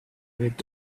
with